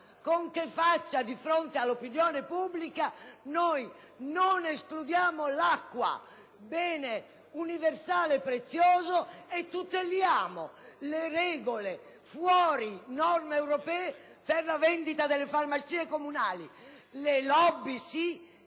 Come si fa, di fronte all'opinione pubblica, a non escludere l'acqua, bene universale prezioso, e a tutelare le regole, fuori dalle norme europee, per la vendita delle farmacie comunali?